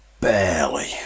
Barely